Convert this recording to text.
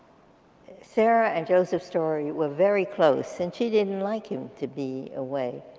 sarah and joseph story were very close and she didn't like him to be away.